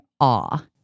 awe